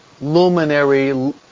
luminary